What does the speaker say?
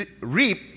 reap